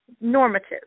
normative